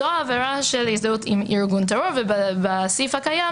זו העבירה של הזדהות עם ארגון טרור ובסעיף הקיים